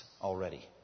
already